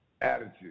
attitude